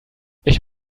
ich